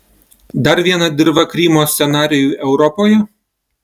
dar viena dirva krymo scenarijui europoje